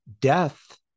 death